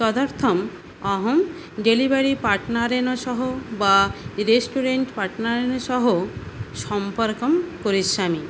तदर्थं अहं डेलिवरि पार्ट्नरेण सह वा रेष्टोरेण्ट् पार्ट्नरेण सह सम्पर्कं करिष्यामि